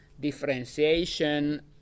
differentiation